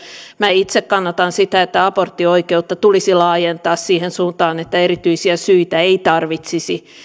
minä itse kannatan sitä että aborttioikeutta tulisi laajentaa siihen suuntaan että erityisiä syitä ei tarvitsisi